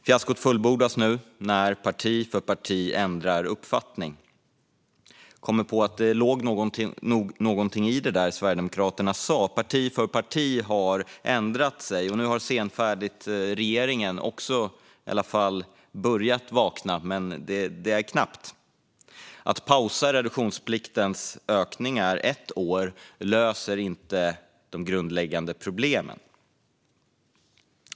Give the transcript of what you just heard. Fiaskot fullbordas nu när parti efter parti ändrar uppfattning och kommer på att det nog låg någonting i det där Sverigedemokraterna sa. Parti efter parti har ändrat sig, och nu har även regeringen senfärdigt börjat vakna - men det är knappt. Att pausa ökningen av reduktionsplikten ett år löser inte de grundläggande problemen.